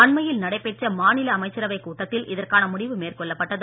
அண்மையில் நடைபெற்ற மாநில அமைச்சரவைக் கூட்டத்தில் இதற்கான முடிவு மேற்கொள்ளப்பட்டது